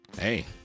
Hey